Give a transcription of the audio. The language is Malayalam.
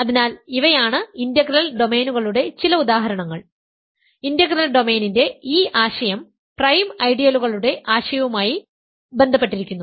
അതിനാൽ ഇവയാണ് ഇന്റഗ്രൽ ഡൊമെയ്നുകളുടെ ചില ഉദാഹരണങ്ങൾ ഇന്റഗ്രൽ ഡൊമെയ്നിന്റെ ഈ ആശയം പ്രൈം ഐഡിയലുകളുടെ ആശയവുമായി ബന്ധപ്പെട്ടിരിക്കുന്നു